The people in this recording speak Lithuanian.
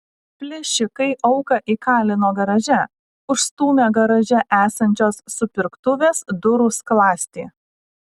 plėšikai auką įkalino garaže užstūmę garaže esančios supirktuvės durų skląstį